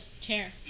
chair